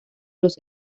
los